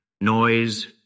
Noise